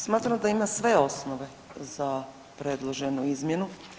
Smatram da ima sve osnove za predloženu izmjenu.